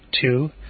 Two